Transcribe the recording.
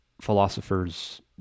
philosophers